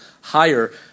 higher